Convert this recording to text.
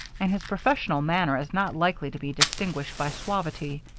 and his professional manner is not likely to be distinguished by suavity.